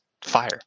fire